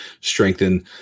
strengthen